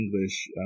English